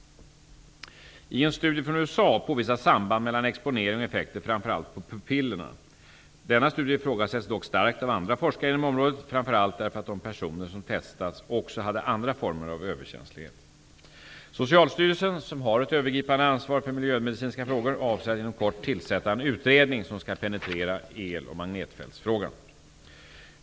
I en studie från USA påvisas samband mellan exponering och effekter framför allt på pupillerna. Denna studie ifrågasätts dock starkt av andra forskare inom området, framför allt därför att de personer som testats också hade andra former av överkänslighet. Socialstyrelsen, som har ett övergripande ansvar för miljömedicinska frågor, avser att inom kort tillsätta en utredning som skall penetrera el och magnetfältsfrågan.